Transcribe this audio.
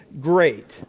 great